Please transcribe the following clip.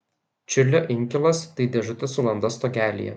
čiurlio inkilas tai dėžutė su landa stogelyje